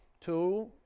two